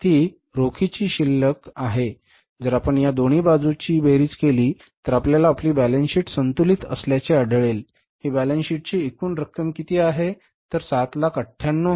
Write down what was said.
जर आपण या दोन्ही बाजूंची बेरीज केली तर आपल्याला आपली बॅलन्स शीट संतुलित असल्याचे आढळेल ही बॅलन्स शीट ची एकुण रक्कम किती आहे तर हे 798440 आहे